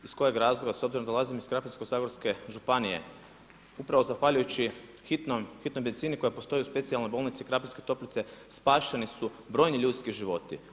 Iz kojeg razloga s obzirom da dolazim iz Krapinsko-zagorske županije, upravo zahvaljujući hitnoj medicini koja postoji u Specijalnoj bolnici Krapinske Toplice spašeni su brojni ljudski životi.